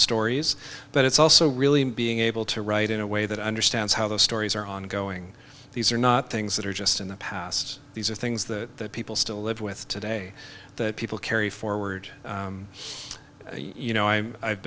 stories but it's also really being able to write in a way that understands how those stories are ongoing these are not things that are just in the past these are things that people still live with today that people carry forward you know i'm i've